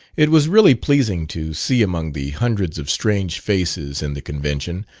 it was really pleasing to see among the hundreds of strange faces in the convention,